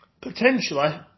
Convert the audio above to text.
Potentially